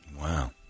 Wow